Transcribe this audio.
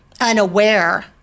unaware